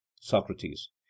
Socrates